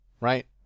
right